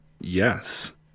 Yes